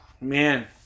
man